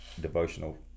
devotional